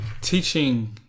teaching